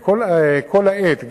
כל העת,